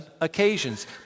occasions